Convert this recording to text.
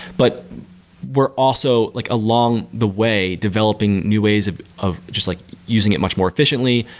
but we're also like along the way developing new ways of just like using it much more efficiently,